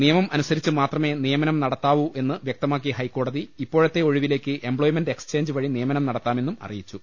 നിയമം അനുസരിച്ച് മാത്രമേ നിയമനം നടത്താവൂ എന്ന് വൃക്തമാക്കിയ ഹൈക്കോടതി ഇപ്പോ ഴത്തെ ഒഴിവിലേക്ക് എംപ്ലോയ്മെന്റ് എക്സ്ചേഞ്ച് വഴി നിയമനം നടത്താമെന്നും അറിയിച്ചു